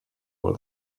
all